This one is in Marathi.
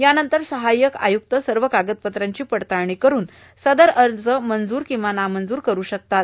यानंतर सहायक आयुक्त सर्व कागदपत्रांची पडताळणी करून सदर अर्ज मंजूर अथवा नामंजूर करून शकतात